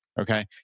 Okay